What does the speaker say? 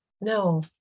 No